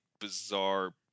bizarre